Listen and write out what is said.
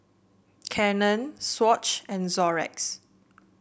Canon Swatch and Xorex